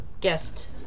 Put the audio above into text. Guest